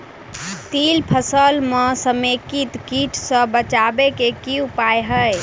तिल फसल म समेकित कीट सँ बचाबै केँ की उपाय हय?